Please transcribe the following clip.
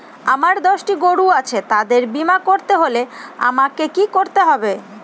আমার দশটি গরু আছে তাদের বীমা করতে হলে আমাকে কি করতে হবে?